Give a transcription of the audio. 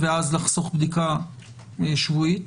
ואז לחסוך בדיקה שבועית?